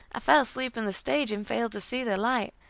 fell asleep in the stage, and failed to see the light,